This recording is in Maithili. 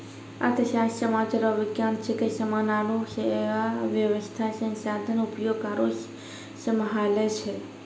अर्थशास्त्र सामाज रो विज्ञान छिकै समान आरु सेवा वेवस्था संसाधन उपभोग आरु सम्हालै छै